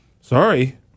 Sorry